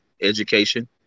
education